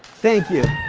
thank you.